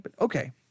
Okay